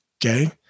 Okay